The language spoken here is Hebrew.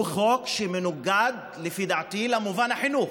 הוא חוק שמנוגד, לפי דעתי, למובן החינוך.